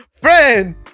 friend